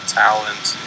talent